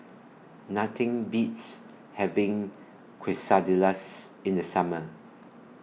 Nothing Beats having Quesadillas in The Summer